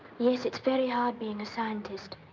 yes, it's very hard being a scientist.